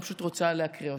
ואני פשוט רוצה להקריא אותו.